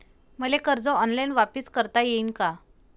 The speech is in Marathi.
मले कर्ज ऑनलाईन वापिस करता येईन का?